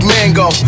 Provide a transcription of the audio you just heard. Mango